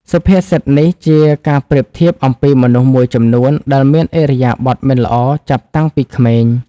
សុភាសិតនេះជាការប្រៀបអំពីមនុស្សមួយចំនួន ដែលមានឥរិយាបថមិនល្អចាប់តាំងពីក្មេង។